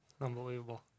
Unbelievable